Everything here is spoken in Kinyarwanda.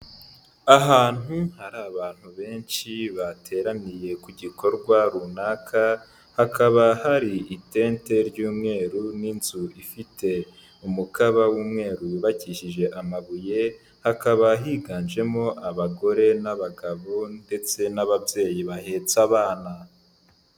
Ahantu hari abantu benshi bateraniye ku gikorwa runaka, hakaba hari itente ry'umweru n'inzu ifite umukaba w'umweru yubakishije amabuye, hakaba higanjemo abagore n'abagabo ndetse n'ababyeyi bahetse abana.